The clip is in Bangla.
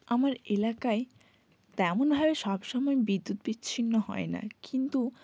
আমার এলাকায় তেমন হারে সব সময় বিদ্যুৎ বিচ্ছিন্ন হয় না কিন্তু